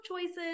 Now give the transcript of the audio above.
choices